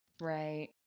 Right